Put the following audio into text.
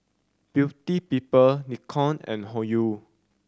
Beauty People Nikon and Hoyu